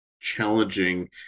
challenging